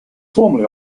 formerly